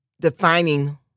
defining